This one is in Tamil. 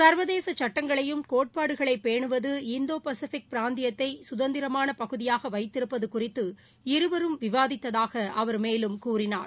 சா்வதேச சுட்டங்களையும் கோட்பாடுகளை பேனுவது இந்தோ பசிபிக் பிராந்தியத்தை சுதந்திரமான பகுதியாக வைத்திருப்பது குறித்து இருவரும் விவாதிப்பதாக அவர் மேலும் கூறினார்